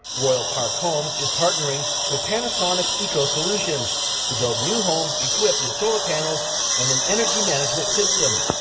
royalpark homes is partnering with panasonic eco solutions to build new homes equipped with solar panels and an energy management system.